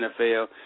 NFL